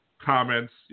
comments